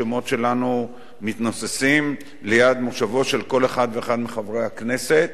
השמות שלנו מתנוססים ליד מושבו של כל אחד ואחד מחברי הכנסת,